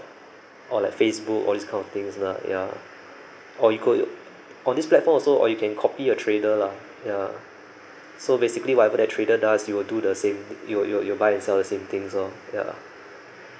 or like facebook all these kind of things lah yeah or you cou~ on this platform also or you can copy a trader lah ya so basically whatever that trader does you will do the same you will you will you buy and sell the same thing so ya